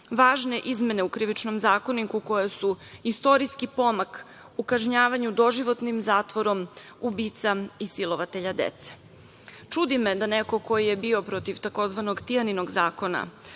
važne izmene u Krivičnom zakoniku, koje su istorijski pomak u kažnjavanju doživotnim zatvorom ubica i silovatelja dece. Čudi me da neko ko je bio protiv tzv. „Tijaninog zakona“,